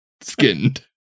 skinned